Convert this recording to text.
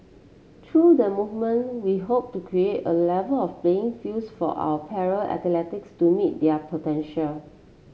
through the movement we hope to create A Level of playing fields for our para athletes to meet their potential